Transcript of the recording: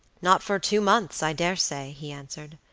not for two months, i dare say, he answered.